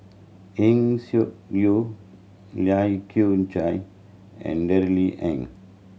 Eng Siak Loy Lai Kew Chai and Darrell Ang